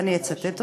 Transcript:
ואני אצטט אותו,